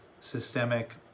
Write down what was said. systemic